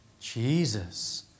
Jesus